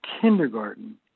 kindergarten